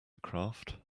craft